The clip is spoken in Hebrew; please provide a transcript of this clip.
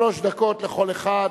שלוש דקות לכל אחד.